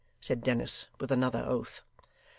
said dennis, with another oath.